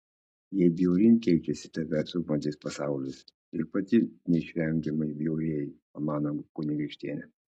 jei bjauryn keičiasi tave supantis pasaulis ir pati neišvengiamai bjaurėji pamano kunigaikštienė